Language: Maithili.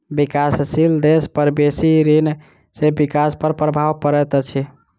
विकासशील देश पर बेसी ऋण सॅ विकास पर प्रभाव पड़ैत अछि